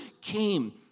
came